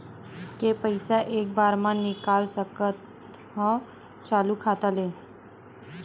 के पईसा एक बार मा मैं निकाल सकथव चालू खाता ले?